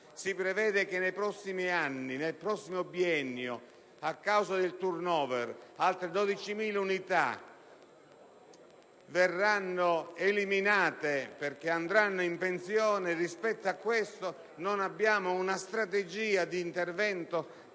si prevede che nei prossimi anni, nel prossimo biennio, a causa del *turnover* altre 12.000 unità verranno a mancare perché andranno in pensione. Al riguardo il Governo non ha predisposto strategie di intervento,